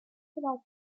was